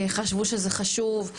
חשבו שזה חשוב.